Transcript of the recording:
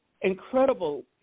incredible